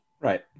Right